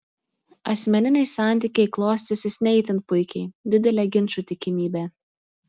asmeniniai santykiai klostysis ne itin puikiai didelė ginčų tikimybė